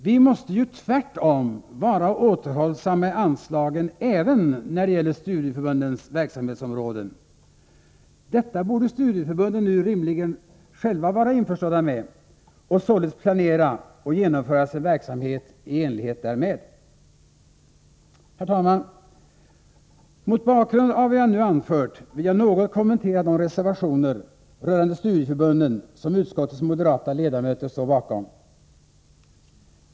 Vi måste ju tvärtom vara återhållsamma med anslagen även när det gäller studieförbundens verksamhetsområden. Detta borde studieförbunden själva nu rimligen vara införstådda med och således planera och genomföra sin verksamhet i enlighet därmed. Herr talman! Mot bakgrund av vad jag nu anfört vill jag något kommentera de reservationer rörande studieförbunden som utskottets moderata ledamöter står bakom.